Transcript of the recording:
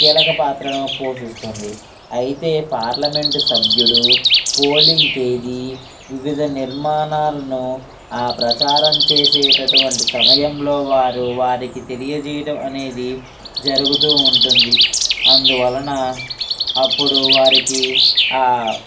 కీలక పాత్రను పోషిస్తుంది అయితే పార్లమెంటు సభ్యుడు పోలింగ్ తేదీ వివిధ నిర్మాణాలను ఆ ప్రచారం చేసేటటువంటి సమయంలో వారు వారికి తెలియజేయడం అనేది జరుగుతూ ఉంటుంది అందువలన అప్పుడు వారికి ఆ